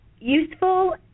useful